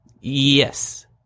Yes